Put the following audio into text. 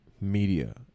media